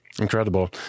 incredible